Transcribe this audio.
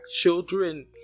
children